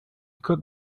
could